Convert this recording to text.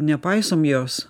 nepaisom jos